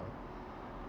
uh